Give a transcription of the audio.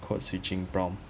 code switching prompt